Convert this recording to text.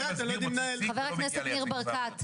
חבר הכנסת ניר ברקת,